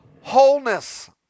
wholeness